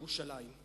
ירושלים".